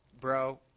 Bro